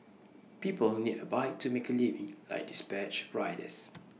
people need A bike to make A living like dispatch riders